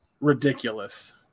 ridiculous